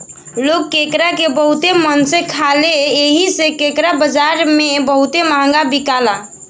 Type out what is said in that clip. लोग केकड़ा के बहुते मन से खाले एही से केकड़ा बाजारी में बहुते महंगा बिकाला